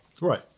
right